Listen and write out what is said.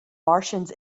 martians